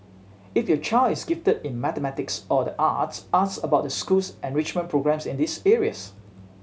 if your child is gifted in mathematics or the arts ask about the school's enrichment programmes in these areas